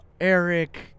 Eric